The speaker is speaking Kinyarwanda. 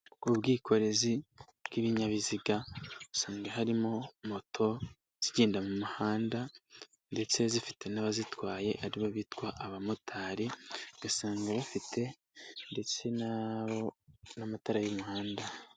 Ubwikorezi bw'ibinyabiziga usanga harimo moto zigenda mu mihanda ndetse zifite n'abazitwaye aribo bitwa abamotari ugasanga bafite ndetse n'amatara y'umuhanda.